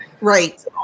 Right